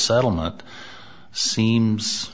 settlement seems